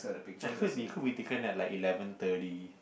ah could be could be taken at like eleven thirty